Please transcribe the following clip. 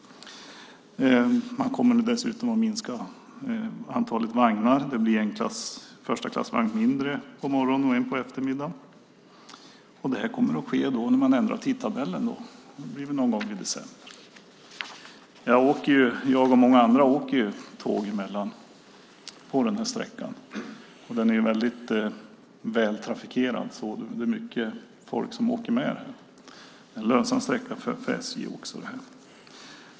Man kommer dessutom att minska antalet vagnar. Det blir en förstaklassvagn mindre på morgonen och en på eftermiddagen. Det här kommer då att ske när man ändrar tidtabellen. Det blir väl någon gång i december. Jag och många andra åker tåg på den här sträckan. Den är väldigt vältrafikerad. Det är mycket folk som åker. Det är också en lönsam sträcka för SJ.